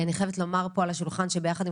אני חייבת לומר פה על השולחן שיחד עם